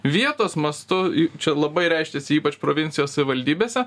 vietos mastu čia labai reiškiasi ypač provincijos savivaldybėse